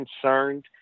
concerned